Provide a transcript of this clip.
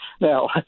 Now